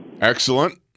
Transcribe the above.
Excellent